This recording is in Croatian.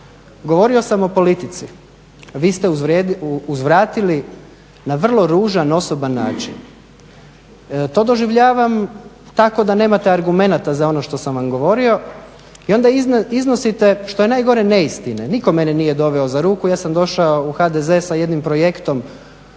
Govorio sam o politici. Vi ste uzvratili na vrlo ružan, osoban način. To doživljavam tako da nemate argumenata za ono što sam vam govorio i onda iznosite, što je najgore neistine. Nitko mene nije doveo za ruku, ja sam došao u HDZ sa jednim projektom